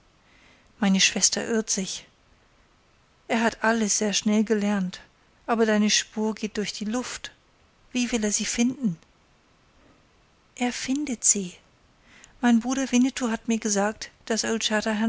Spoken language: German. meine schwester irrt sich er hat alles sehr schnell gelernt aber deine spur geht durch die luft wie will er sie finden er findet sie mein bruder winnetou hat mir gesagt daß